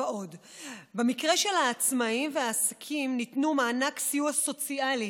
במקרה של העצמאים והעסקים ניתנו מענק סיוע סוציאלי